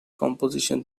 composition